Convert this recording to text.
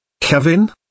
Kevin